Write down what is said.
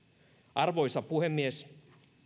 arvoisa puhemies